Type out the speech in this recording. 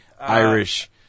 Irish